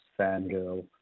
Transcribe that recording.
Fangirl